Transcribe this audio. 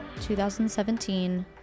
2017